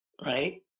right